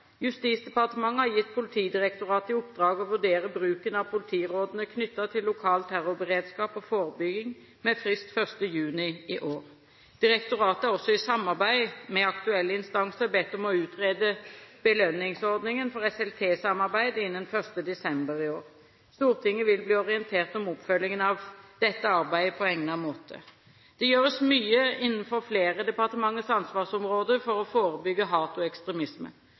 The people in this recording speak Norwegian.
Justisdepartementet har gitt Politidirektoratet i oppdrag å vurdere bruken av politirådene knyttet til lokal terrorberedskap og forebygging med frist 1. juni i år. Direktoratet er også i samarbeid med aktuelle instanser bedt om å utrede belønningsordningen for SLT-samarbeid innen 1. desember i år. Stortinget vil bli orientert om oppfølgingen av dette arbeidet på egnet måte. Det gjøres mye innenfor flere departementers ansvarsområder for å forebygge hat og ekstremisme.